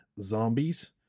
zombies